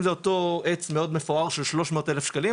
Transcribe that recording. אם זה אותו עץ מאוד מפואר של 300 אלף שקלים,